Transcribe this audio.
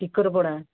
Tikarpada